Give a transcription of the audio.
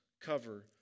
cover